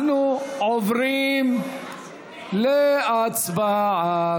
אנחנו עוברים להצבעה.